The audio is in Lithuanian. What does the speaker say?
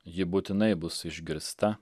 ji būtinai bus išgirsta